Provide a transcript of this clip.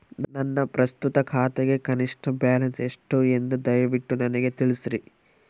ನನ್ನ ಪ್ರಸ್ತುತ ಖಾತೆಗೆ ಕನಿಷ್ಠ ಬ್ಯಾಲೆನ್ಸ್ ಎಷ್ಟು ಎಂದು ದಯವಿಟ್ಟು ನನಗೆ ತಿಳಿಸ್ರಿ